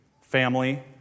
family